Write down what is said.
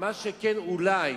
מה שכן, אולי,